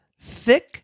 thick